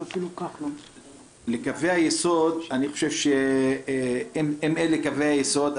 שאפילו כחלון --- לגבי קווי היסוד אני חושב שאם אלה קווי היסוד,